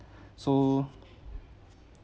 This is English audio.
so